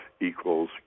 equals